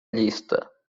lista